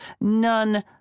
none